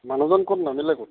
মানুহজন ক'ত নামিলে ক'ত